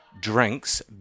drinks